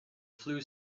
flu